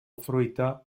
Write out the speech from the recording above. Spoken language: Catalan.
fruita